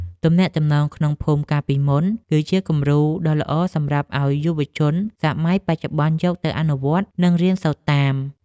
ទំនាក់ទំនងក្នុងភូមិកាលពីមុន គឺជាគំរូដ៏ល្អសម្រាប់ឱ្យយុវជនសម័យបច្ចុប្បន្នយកទៅអនុវត្ត និងរៀនសូត្រតាម។